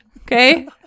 okay